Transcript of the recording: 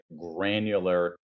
granular